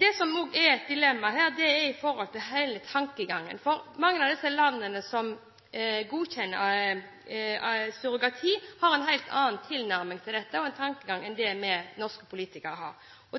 Det som også er et dilemma her, er hele tankegangen. Mange av de landene som godkjenner surrogati, har en helt annen tilnærming til og tankegang når det gjelder dette, enn det vi norske politikere har.